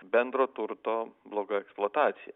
bendro turto bloga eksploatacija